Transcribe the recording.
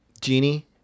genie